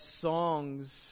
songs